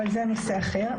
אבל זה נושא אחר,